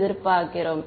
எதிர்பார்க்கிறோம்